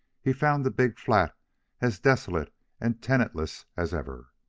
he found the big flat as desolate and tenantless as ever.